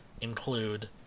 include